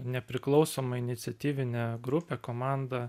nepriklausomą iniciatyvinę grupę komandą